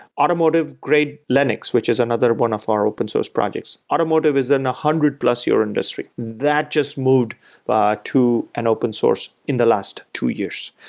automotive grade linux, which is another one of our open source projects. automotive is a one hundred plus year industry. that just moved but to an open source in the last two years.